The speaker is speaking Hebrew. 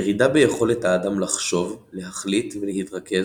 ירידה ביכולת האדם לחשוב, להחליט ולהתרכז,